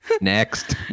Next